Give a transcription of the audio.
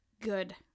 good